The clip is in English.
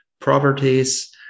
properties